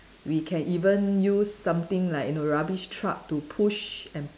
we can even use something like you know rubbish truck to push and